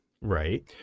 Right